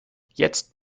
jetzt